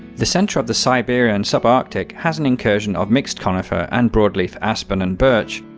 the centre of the siberian subarctic has an incursion of mixed conifer and broadleaf aspen and birch,